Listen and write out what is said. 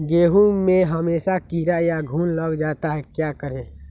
गेंहू में हमेसा कीड़ा या घुन लग जाता है क्या करें?